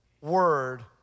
word